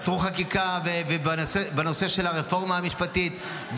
עצרו חקיקה בנושא של הרפורמה המשפטית,